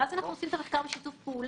ואז אנחנו עושים את החקירה בשיתוף פעולה.